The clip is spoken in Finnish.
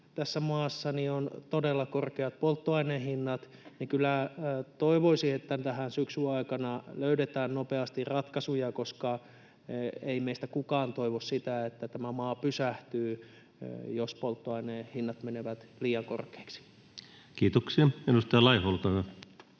tässä maassa on todella korkeat polttoaineiden hinnat, ja kyllä toivoisi, että tähän syksyn aikana löydetään nopeasti ratkaisuja. Ei meistä kukaan toivo, että tämä maa pysähtyy, jos polttoaineiden hinnat menevät liian korkeiksi. [Speech